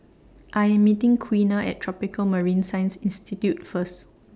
I Am meeting Quiana At Tropical Marine Science Institute First